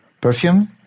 Perfume